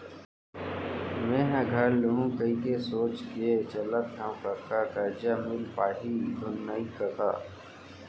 मेंहा घर लुहूं कहिके सोच के चलत हँव कका करजा मिल पाही धुन नइ कका